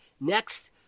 Next